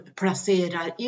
placerar